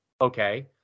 Okay